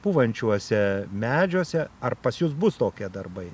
pūvančiuose medžiuose ar pas jus bus tokie darbai